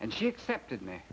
and she accepted me